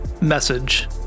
message